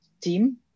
team